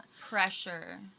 pressure